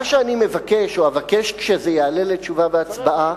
מה שאני מבקש, או אבקש כשזה יעלה לתשובה והצבעה,